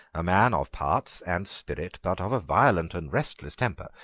a man of parts and spirit, but of a violent and restless temper,